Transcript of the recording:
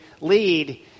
lead